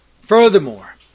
Furthermore